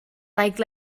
like